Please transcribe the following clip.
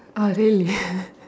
ah really